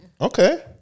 Okay